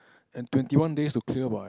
and twenty one days to clear by